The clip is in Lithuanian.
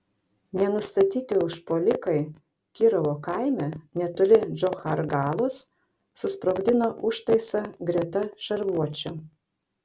nenustatyti užpuolikai kirovo kaime netoli džochargalos susprogdino užtaisą greta šarvuočio